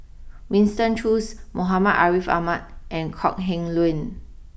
Winston Choos Muhammad Ariff Ahmad and Kok Heng Leun